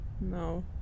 No